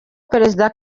perezida